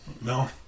No